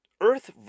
Earth